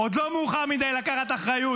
עוד לא מאוחר מדי לקחת אחריות.